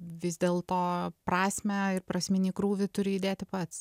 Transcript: vis dėl to prasmę ir prasminį krūvį turi įdėti pats